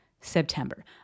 September